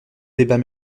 débat